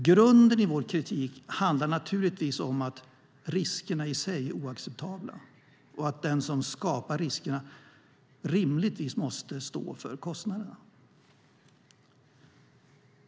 Grunden i vår kritik handlar naturligtvis om att riskerna i sig är oacceptabla och att den som skapar riskerna rimligtvis måste stå för kostnaderna.